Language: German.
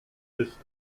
ist